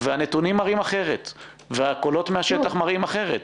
והנתונים והקולות בשטח מראים אחרת.